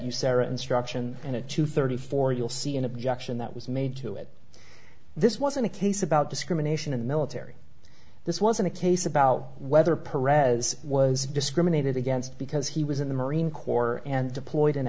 you sara instruction and at two thirty four you'll see an objection that was made to it this wasn't a case about discrimination in the military this wasn't a case about whether pereira as was discriminated against because he was in the marine corps and deployed in